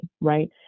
right